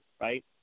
right